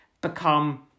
become